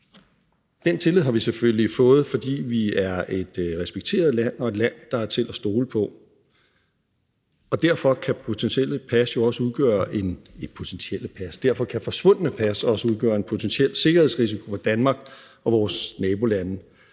Den tillid har vi selvfølgelig fået, fordi vi er et respekteret land og et land, der er til at stole på. Derfor kan forsvundne plads også udgøre en potentiel sikkerhedsrisiko for Danmark og for vores nabolande,